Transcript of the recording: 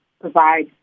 provide